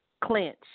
Clinch